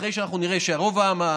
ואחרי שאנחנו נראה שרוב העם חוסן,